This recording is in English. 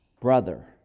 Brother